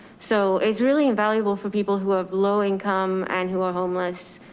so it's really invaluable for people who have low income and who are homeless.